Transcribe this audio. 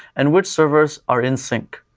and which servers are in-sync.